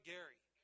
Gary